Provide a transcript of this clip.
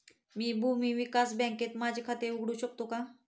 मी भूमी विकास बँकेत माझे खाते उघडू शकतो का?